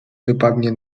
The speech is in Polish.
wypadnie